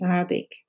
Arabic